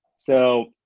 so,